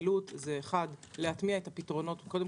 הפעילות היא להטמיע את הפתרונות קודם